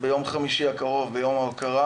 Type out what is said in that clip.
ביום חמישי הקרוב, יום ההוקרה